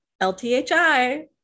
L-T-H-I